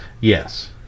Yes